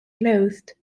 loathed